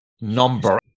number